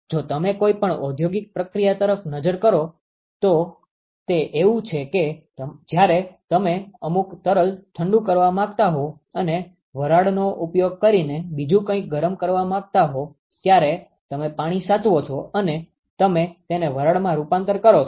જો તમે કોઈપણ ઔદ્યોગિક પ્રક્રિયા તરફ નજર કરો તો તે એવું છે કે જ્યારે તમે અમુક તરલ ઠંડું કરવા માંગતા હોવ અને વરાળનો ઉપયોગ કરીને બીજું કઇક ગરમ કરવા માગતા હોવ ત્યારે તમે પાણી સાચવો છો અને તમે તેને વરાળમાં રૂપાંતર કરો છો